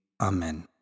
Amen